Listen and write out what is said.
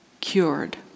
cured